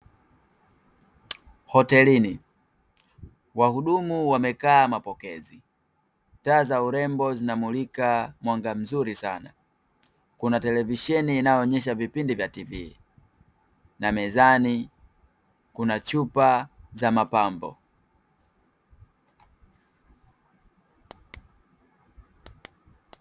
Hotelini wahudumu wamekaa mapokezi taa za urembo zinamulika mwanga mzuri sana, kuna televisheni inayoonyesha vipindi vya tv na mezani kuna chupa za mapambo.